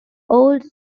old